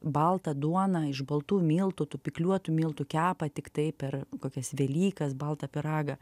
baltą duoną iš baltų miltų tu pikliuotų miltų kepa tiktai per kokias velykas baltą pyragą